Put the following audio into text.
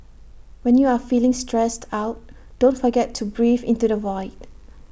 when you are feeling stressed out don't forget to breathe into the void